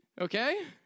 Okay